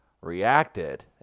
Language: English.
reacted